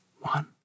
one